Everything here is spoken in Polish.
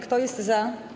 Kto jest za?